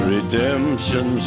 Redemption